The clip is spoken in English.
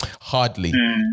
Hardly